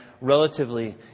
relatively